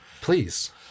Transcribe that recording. Please